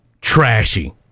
Trashy